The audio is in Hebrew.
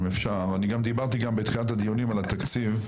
אני גם דיברתי בתחילת הדיונים על התקציב,